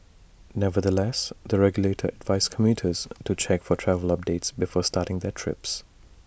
nevertheless the regulator advised commuters to check for travel updates before starting their trips